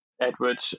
Edward